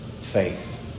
faith